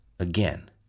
Again